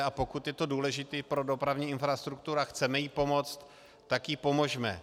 A pokud je to důležité pro dopravní infrastrukturu a chceme jí pomoct, tak jí pomozme.